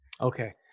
Okay